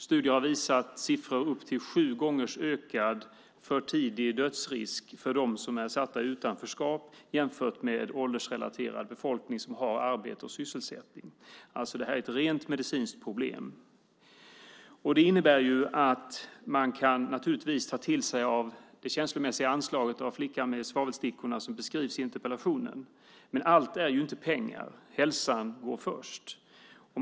Studier har visat siffror på upp till sju gånger ökad för tidig dödsrisk för dem som är satta i utanförskap jämfört med åldersrelaterad befolkning som har arbete och sysselsättning. Det här är ett rent medicinskt problem. Man kan naturligtvis ta till sig av det känslomässiga anslaget av flickan med svavelstickorna som beskrivs i interpellationen. Men allt är inte pengar. Hälsan går först.